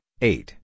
eight